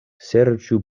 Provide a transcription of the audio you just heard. serĉu